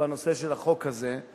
בנושא החוק הזה,